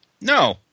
No